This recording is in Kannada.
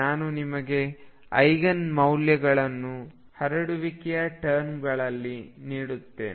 ನಾನು ನಿಮಗೆ ಐಗನ್ ಮೌಲ್ಯವನ್ನು ಹರಡುವಿಕೆಯ ಟರ್ಮ್ಗಳಲ್ಲಿ ಹೇಳುತ್ತೇನೆ